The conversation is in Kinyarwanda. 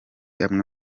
amwe